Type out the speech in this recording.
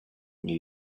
new